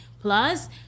plus